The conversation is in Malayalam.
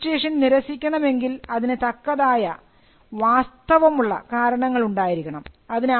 അപ്പോൾ രജിസ്ട്രേഷൻ നിരസിക്കണം എങ്കിൽ അതിന് തക്കതായ വാസ്തവം ഉള്ള കാരണങ്ങൾ ഉണ്ടായിരിക്കണം